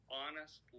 honest